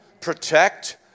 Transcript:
Protect